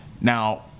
Now